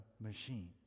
machine